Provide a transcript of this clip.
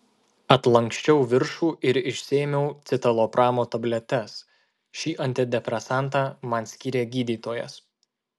atlanksčiau viršų ir išsiėmiau citalopramo tabletes šį antidepresantą man skyrė gydytojas